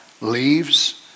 leaves